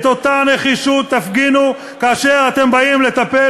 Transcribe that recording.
את אותה נחישות תפגינו כאשר אתם באים לטפל